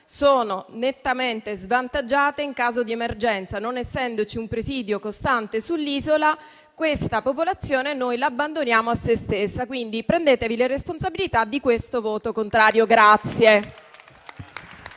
sono nettamente svantaggiate in caso di emergenza. Non essendoci un presidio costante sull'isola, quella popolazione la abbandoniamo a se stessa. Quindi, prendetevi le responsabilità di questo voto contrario.